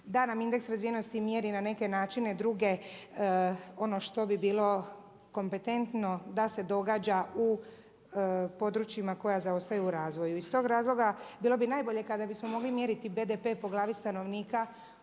da nam indeks razvijenosti mjeri na neke načine druge ono što bi bilo kompetentno da se događa u područjima koja zaostaju u razvoju. Iz tog razloga bilo bi najbolje kada bismo mogli mjeriti BDP po glavi stanovnika